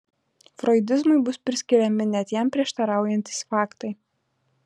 froidizmui bus priskiriami net jam prieštaraujantys faktai